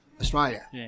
Australia